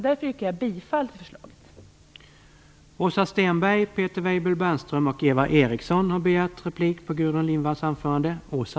Därför yrkar jag bifall till hemställan i betänkandet.